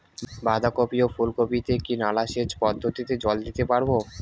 বাধা কপি ও ফুল কপি তে কি নালা সেচ পদ্ধতিতে জল দিতে পারবো?